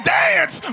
dance